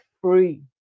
free